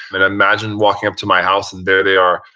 and imagine walking up to my house and there they are,